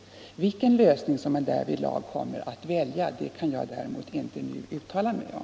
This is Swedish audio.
Vilken lösning man därvidlag kommer att förorda kan jag däremot inte uttala mig om.